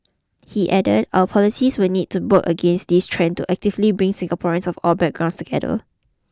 he added our policies will need to book against this trend to actively bring Singaporeans of all background together